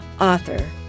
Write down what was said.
author